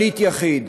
שליט יחיד.